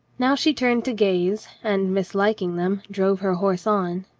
now she turned to gaze, and, mislik ing them, drove her horse on.